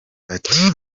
ati